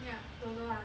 ya don't know lah